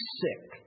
sick